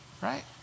right